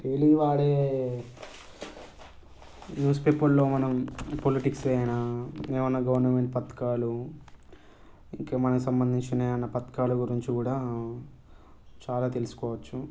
daily వాడే news పేపర్లో మనం పొలిటిక్స్ అయినా ఏమైనా గవర్నమెంట్ పథకాలు ఇంకేమైనా సంబంధించిన అయినా పథకాలు గురించి కూడా చాలా తెలుసుకోవచ్చు